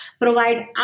provide